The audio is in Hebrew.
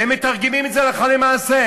והם מתרגמים את זה הלכה למעשה.